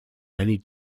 many